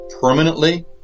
permanently